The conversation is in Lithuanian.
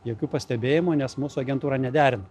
jokių pastebėjimų nes mūsų agentūra nederina